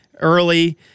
early